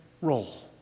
role